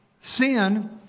Sin